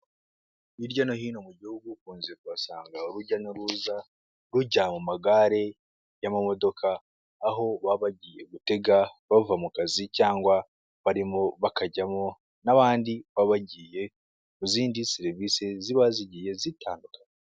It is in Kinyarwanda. Hirya no hino mu gihugu ukunze kuhasanga urujya n'uruza rujya mu magare y'amamodoka aho baba bagiye gutega bava mu kazi cyangwa barimo bakajyamo n'abandi baba bagiye mu zindi serivisi ziba zigiye zitandukanye.